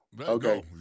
Okay